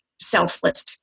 selfless